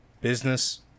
Business